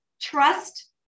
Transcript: Trust